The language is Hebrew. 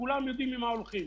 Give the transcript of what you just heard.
וכולנו נדע על מה הולכים.